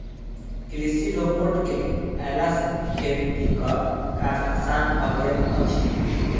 कृषि रोबोट के अयला सॅ खेतीक काज आसान भ गेल अछि